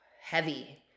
heavy